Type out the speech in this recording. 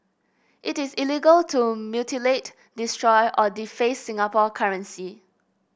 it is illegal to mutilate destroy or deface Singapore currency